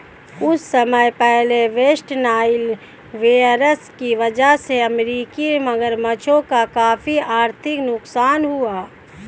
कुछ समय पहले वेस्ट नाइल वायरस की वजह से अमेरिकी मगरमच्छों का काफी आर्थिक नुकसान हुआ